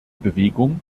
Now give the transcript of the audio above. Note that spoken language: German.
bewegung